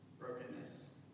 brokenness